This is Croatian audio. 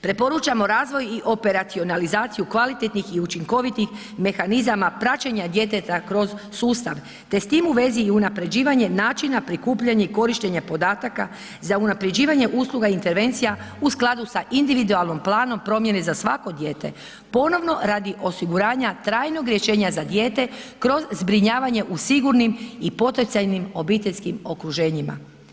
Preporučamo razvoj i operacionalizaciju kvalitetnih i učinkovitih mehanizama praćenja djeteta kroz sustav te s tim u vezi i unaprjeđivanje načina, prikupljanja i korištenja podataka za unaprjeđivanje usluga intervencija u skladu sa individualnim planom promjene za svako dijete ponovno radi osiguranja trajnog rješenja za dijete kroz zbrinjavanje u sigurnim i potencijalnim obiteljskim okruženjima.